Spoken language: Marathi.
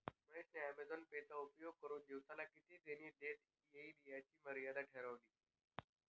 महेश ने ॲमेझॉन पे चा उपयोग करुन दिवसाला किती देणी देता येईल याची मर्यादा ठरवली